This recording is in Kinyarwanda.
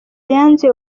yanze